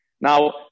Now